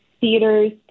theaters